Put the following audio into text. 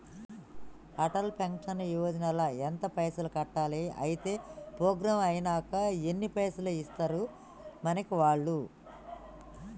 Atal pension Yojana ల ఎంత పైసల్ కట్టాలి? అత్తే ప్రోగ్రాం ఐనాక ఎన్ని పైసల్ ఇస్తరు మనకి వాళ్లు?